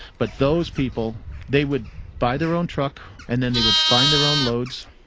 but those people, they would buy their own truck, and then they would find their own loads,